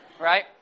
right